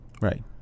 Right